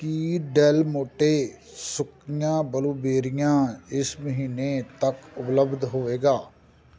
ਕੀ Del Monte ਸੁੱਕੀਆਂ ਬਲੂਬੇਰੀਆਂ ਇਸ ਮਹੀਨੇ ਤੱਕ ਉਪਲਬਧ ਹੋਵੇਗਾ